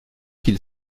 qu’il